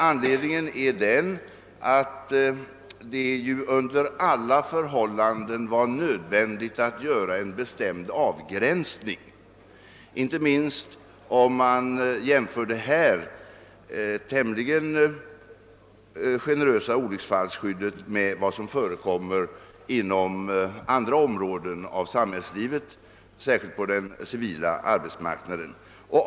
Anledningen är att det under alla förhållanden var nödvändigt att göra en bestämd avgränsning, inte minst om man jämför detta tämligen generösa olycksfallsskydd med vad som förekommer inom andra områden av samhällslivet, särskilt på den civila arbetsmarknaden.